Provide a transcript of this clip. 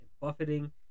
buffeting